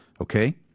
okay